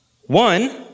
One